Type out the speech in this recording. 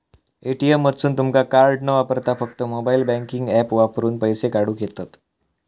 ATM मधसून तुमका card न वापरता फक्त मोबाईल बँकिंग ऍप वापरून पैसे काढूक येतंत